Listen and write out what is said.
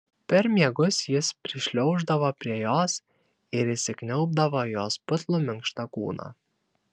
per miegus jis prišliauždavo prie jos ir įsikniaubdavo į jos putlų minkštą kūną